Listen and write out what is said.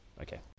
Okay